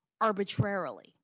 arbitrarily